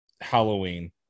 halloween